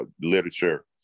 literature